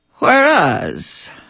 Whereas